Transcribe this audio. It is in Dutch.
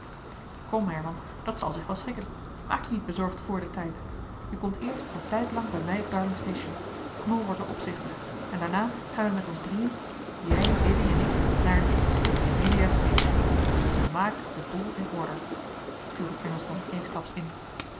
kom herman dat zal zich wel schikken maak je niet bezorgd vr den tijd je komt eerst een tijdlang bij mij op darling station knol wordt er opzichter en daarna gaan wij met ons drieën jij dilly en ik naar emilia station te maak de boel in order viel de engelschman eensklaps in